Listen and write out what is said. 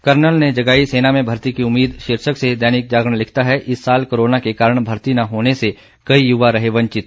colonel ने जगाई सेना में भर्ती की उम्मीद शीर्षक से दैनिक जागरण लिखता है इस साल कोरोना के कारण भर्ती न होने से कई युवा रहे वंचित